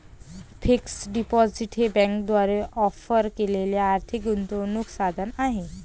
fixed deposit हे बँकांद्वारे offer केलेले आर्थिक गुंतवणूक साधन आहे